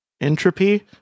entropy